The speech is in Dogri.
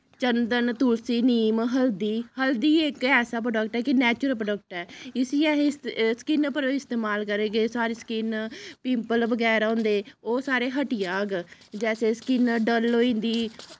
चन्दन तुसली निम्म हल्दी हल्दी इक ऐसा प्रोडक्ट ऐ कि नैचरल प्रोडक्ट ऐ इस्सी असें स्किन उप्पर करगे साढ़ी स्किन पिंपल बगैरा होंदे ओह् सारे हटी जाह्ग जैसे स्किन डल होई जंदी